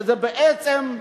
שזה בעצם,